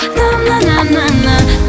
na-na-na-na-na